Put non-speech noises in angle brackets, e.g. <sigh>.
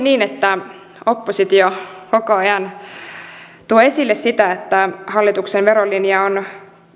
<unintelligible> niin että oppositio koko ajan tuo esille sitä että hallituksen verolinja on <unintelligible>